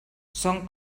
són